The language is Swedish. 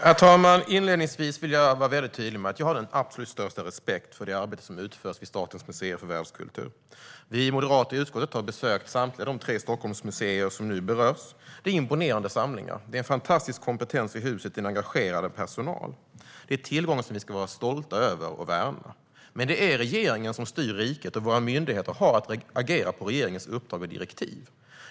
Herr talman! Inledningsvis vill jag vara väldigt tydlig med att jag har den absolut största respekt för det arbete som utförs på Statens museer för världskultur. Vi moderater i utskottet har besökt samtliga de tre Stockholmsmuseer som nu berörs. Det är imponerande samlingar, och det finns en fantastisk kompetens och en engagerad personal. Det är tillgångar som vi ska vara stolta över och värna. Det är dock regeringen som styr riket, och våra myndigheter har att agera på regeringens uppdrag och direktiv.